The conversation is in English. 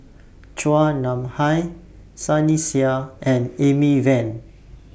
Chua Nam Hai Sunny Sia and Amy Van